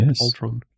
Ultron